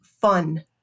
fun